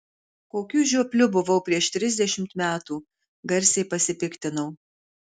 kokiu žiopliu buvau prieš trisdešimt metų garsiai pasipiktinau